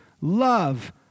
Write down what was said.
love